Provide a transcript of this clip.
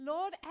Lord